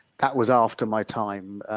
that was after my time,